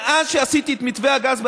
מאז שעשיתי את מתווה הגז ב-2016,